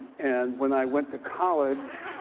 and when i went to college,